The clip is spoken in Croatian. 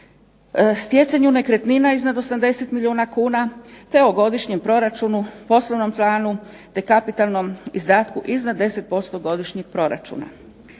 stjecanju nekretnina iznad 80 milijuna kuna, te o godišnjem proračunu, poslovnom planu te kapitalnom izdatku iznad 10% godišnjih proračuna.